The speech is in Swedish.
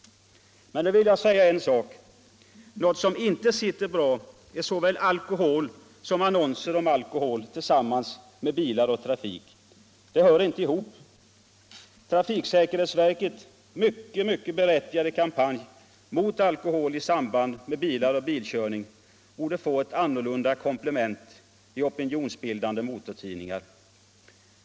Men då vill jag säga en sak: Något som inte sitter bra är såväl alkohol som annonser om alkohol tillsammans med bilar och trafik. Det hör inte ihop. Trafiksäkerhetsverkets mycket mycket berättigade kampanj mor alkohol i samband med bilar och bilkörning borde få ett annorlunda komplement i opinionsbildande motortidningar.